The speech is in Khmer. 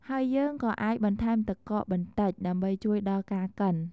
ហើយយើងក៏អាចបន្ថែមទឹកកកបន្តិច ដើម្បីជួយដល់ការកិន។